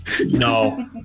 No